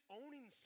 owning